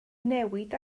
newid